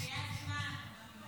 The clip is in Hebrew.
הגיע הזמן.